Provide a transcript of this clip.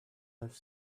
have